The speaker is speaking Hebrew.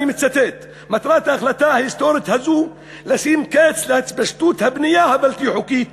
אני מצטט: מטרת ההחלטה ההיסטורית הזאת לשים קץ להתפשטות הבנייה הבלתי-חוקית